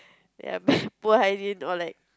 ya but poor hygiene or like